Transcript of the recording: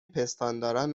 پستانداران